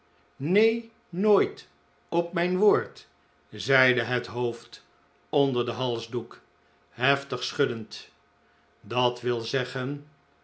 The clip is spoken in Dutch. neen nooit op mijn woord zeide het hoofd onder den halsdoek heftig schuddend dat wil zeggen